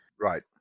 right